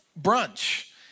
brunch